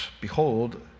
behold